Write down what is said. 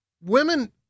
women